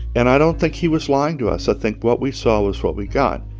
and i don't think he was lying to us. i think what we saw was what we got.